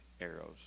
arrows